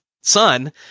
son